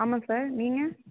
ஆமாம் சார் நீங்கள்